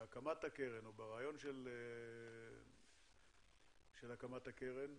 בהקמת הקרן או ברעיון של הקמת הקרן.